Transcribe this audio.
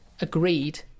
agreed